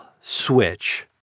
switch